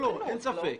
לא, אין ספק.